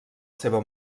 seva